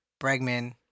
Bregman